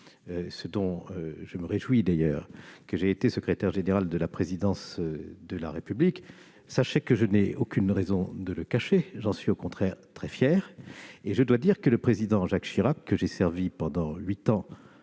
ce dont je me réjouis, que j'ai été secrétaire général de la présidence de la République, sachez que je n'ai aucune raison de le cacher- j'en suis au contraire très fier ! Et je dois dire que le Président Jacques Chirac, que j'ai servi pendant huit ans